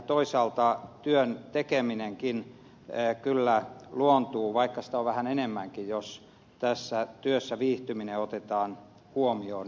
toisaalta työn tekeminenkin kyllä luontuu vaikka sitä on vähän enemmänkin jos työssä viihtyminen otetaan huomioon